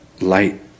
light